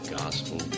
gospel